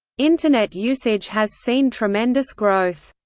internet usage has seen tremendous growth.